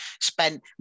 spent